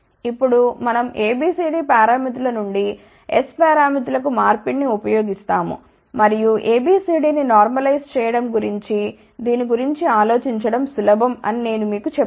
ఇప్పుడు మనం ABCD పారామితుల నుండి S పారామితులకు మార్పిడి ని ఉపయోగిస్తాము మరియు ABC D ని నార్మలైజ్ చేయడం గురించి దీని గురించి ఆలోచించడం సులభం అని నేను మీకు చెప్పాను